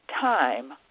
time